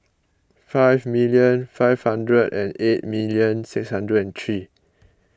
five million five hundred and eight million six hundred and three